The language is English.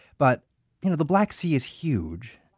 but you know the black sea is huge,